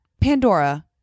Pandora